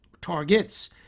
targets